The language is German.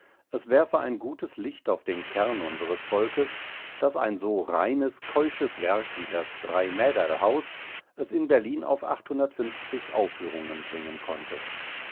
es werfe ein gutes licht auf den kern unseres volkes daß ein so reines keusches werk wie das dreimäderlhaus es in berlin auf aufführungen bringen konnte